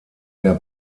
der